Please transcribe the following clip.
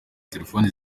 telefoni